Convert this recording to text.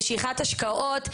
משיכת השקעות,